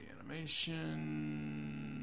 animation